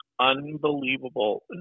unbelievable